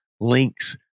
links